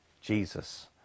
Jesus